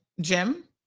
Jim